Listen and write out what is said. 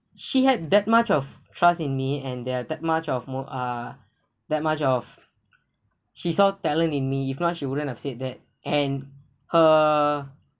she had that much of trust in me and there are that much of more ah that much of she saw talent in me if not she wouldn't have said that and her